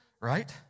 Right